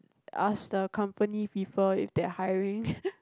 ask the company people if they are hiring